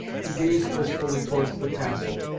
he gazed wistfully towards the castle,